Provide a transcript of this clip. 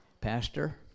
Pastor